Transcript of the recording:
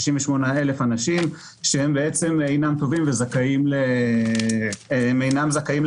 68,000 אנשים שאינם זכאים לאבטלה,